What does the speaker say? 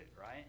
right